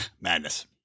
madness